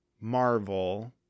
Marvel